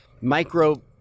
micro